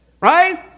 Right